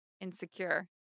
insecure